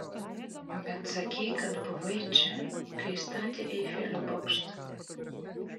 bet sakei kad buvai čia kai statė eifelio bokštą